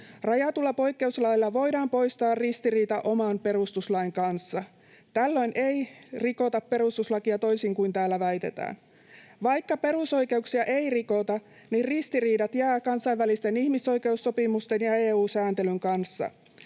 Rajatulla poikkeuslailla voidaan poistaa ristiriita oman perustuslain kanssa. Tällöin ei rikota perustuslakia, toisin kuin täällä väitetään. Vaikka perusoikeuksia ei rikota, niin ristiriidat jäävät kansainvälisten ihmisoikeussopimusten ja EU-sääntelyn kanssa.